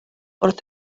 wrth